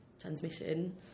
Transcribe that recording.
transmission